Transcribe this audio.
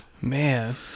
Man